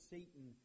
Satan